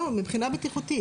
לא, מבחינה בטיחותית.